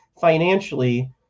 financially